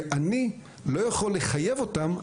ואני לא יכול לחייב אותם,